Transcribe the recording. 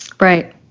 Right